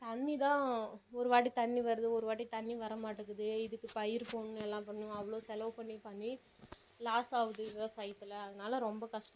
தண்ணி தான் ஒரு வாட்டி தண்ணி வருது ஒரு வாட்டி தண்ணி வர மாட்டேக்குது இதுக்கு பயிர் போடணும் எல்லாம் பண்ணணும் அவ்வளோ செலவு பண்ணி பண்ணி லாஸ் ஆவுது விவசாயத்தில் அதனால ரொம்ப கஷ்ட்